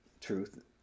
truth